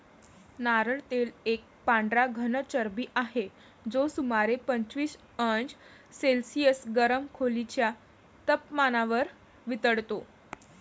नारळ तेल एक पांढरा घन चरबी आहे, जो सुमारे पंचवीस अंश सेल्सिअस गरम खोलीच्या तपमानावर वितळतो